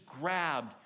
grabbed